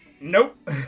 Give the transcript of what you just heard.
nope